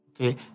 Okay